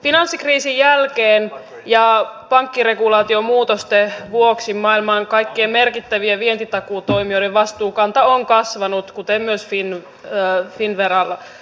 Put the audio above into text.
finanssikriisin jälkeen ja pankkiregulaatiomuutosten vuoksi maailman kaikkien merkittävien vientitakuutoimijoiden vastuukanta on kasvanut kuten myös finnveran